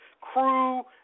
crew